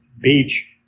beach